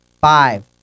five